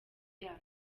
yayo